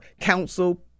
council